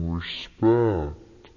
respect